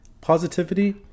Positivity